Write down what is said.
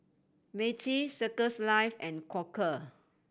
Meiji Circles Life and Quaker